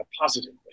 positively